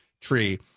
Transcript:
tree